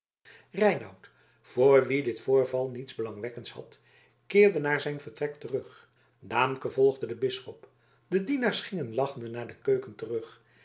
reinout voor wien dit voorval niets belangwekkends had keerde naar zijn vertrek terug daamke volgde den bisschop de dienaars gingen lachende naar de keuken terug